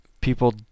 people